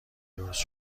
درست